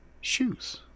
shoes